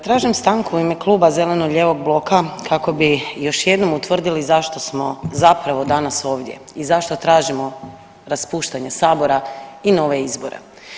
Tražim stanku u ime Kluba zeleno-lijevog bloka kako bi još jednom utvrdili zašto smo zapravo danas ovdje i zašto tražimo raspuštanje sabora i nove izbore.